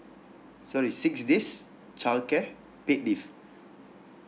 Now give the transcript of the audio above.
sorry six days childcare paid leave